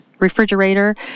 refrigerator